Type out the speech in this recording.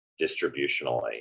distributionally